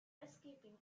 escaping